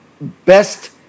best